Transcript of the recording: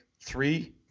three